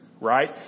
Right